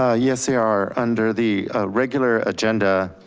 ah yes, they are under the regular agenda,